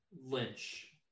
Lynch